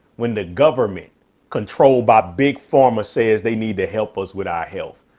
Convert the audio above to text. when the government controlled by big pharma says they need to help us with our health.